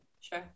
Sure